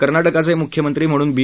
कर्नाटकाचे मुख्यमंत्री म्हणून बी